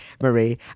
Marie